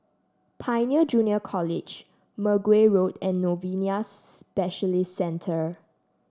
Pioneer Junior College Mergui Road and Novena Specialist Centre